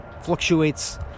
fluctuates